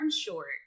short